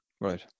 right